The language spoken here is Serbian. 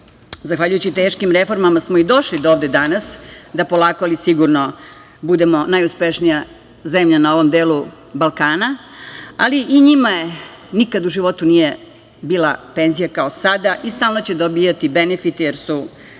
Zahvaljujući teškim reformama smo i došli do ovde danas, da polako ali sigurno budemo najuspešnija zemlja na ovom delu Balkana, ali i njima nikad u životu nije bila penzija kao sada i stalno će dobijati benefite, jer